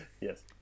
Yes